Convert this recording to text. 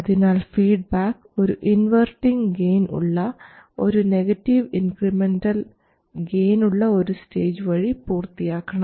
അതിനാൽ ഫീഡ്ബാക്ക് ഒരു inverting gain ഉള്ള ഒരു നെഗറ്റീവ് ഇൻക്രിമെൻറൽ ഗെയിൻ ഉള്ള ഒരു സ്റ്റേജ് വഴി പൂർത്തിയാക്കണം